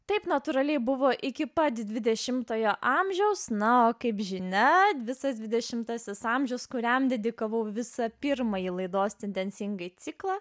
taip natūraliai buvo iki pat dvidešimtojo amžiaus na kaip žinia visas dvidešimtasis amžius kuriam dedikavau visą pirmąjį laidos tendencingai ciklą